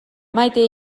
maite